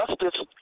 Justice